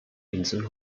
inseln